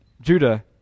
Judah